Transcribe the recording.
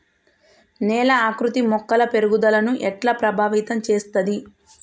నేల ఆకృతి మొక్కల పెరుగుదలను ఎట్లా ప్రభావితం చేస్తది?